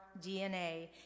DNA